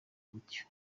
gutyo